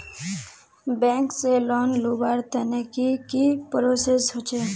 Bank से loan लुबार तने की की प्रोसेस होचे?